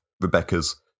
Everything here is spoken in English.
Rebecca's